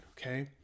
okay